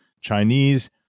Chinese